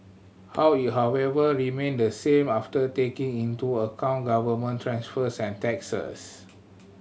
how it however remained the same after taking into account government transfers and taxes